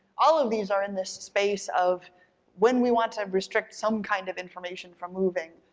all of these are in this space of when we want to restrict some kind of information from moving,